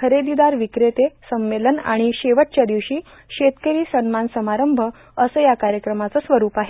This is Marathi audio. खरेदीदार विक्रेते संमेलन आणि शेवटच्या दिवशी शेतकरी सब्मान समारंभ असं या कार्यक्रमाचं स्वरूप आहे